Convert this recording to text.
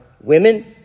women